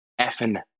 effing